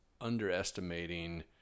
underestimating